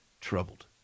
troubled